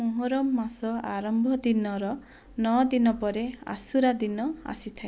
ମୁହରମ ମାସ ଆରମ୍ଭ ଦିନର ନଅ ଦିନ ପରେ ଆଶୁରା ଦିନ ଆସିଥାଏ